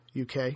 UK